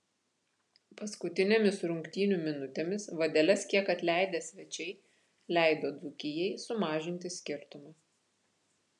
paskutinėmis rungtynių minutėmis vadeles kiek atleidę svečiai leido dzūkijai sumažinti skirtumą